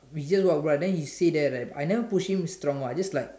we just walk by then he say that leh I never push him strong